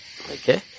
Okay